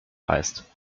heißt